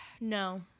No